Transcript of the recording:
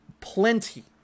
plenty